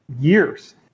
years